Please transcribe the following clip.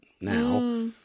now